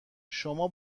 شما